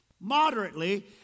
moderately